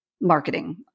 marketing